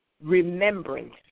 remembrance